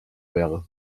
wäre